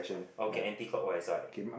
okay anti clockwise right